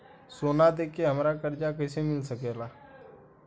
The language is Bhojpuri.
सोना दे के हमरा कर्जा कईसे मिल सकेला?